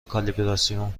کالیبراسیون